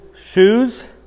Shoes